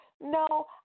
No